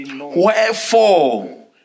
Wherefore